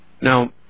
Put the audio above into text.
Now